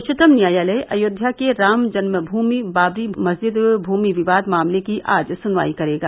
उच्चतम न्यायालय अयोध्या के रामजन्म भूमि बाबरी मस्जिद भूमि विवाद मामले की आज सुनवाई करेगा